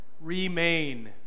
Remain